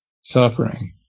suffering